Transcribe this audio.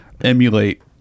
emulate